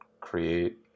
create